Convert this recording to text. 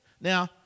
Now